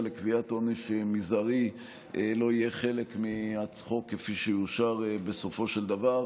לקביעת עונש מזערי לא יהיה חלק מהחוק כפי שיאושר בסופו של דבר.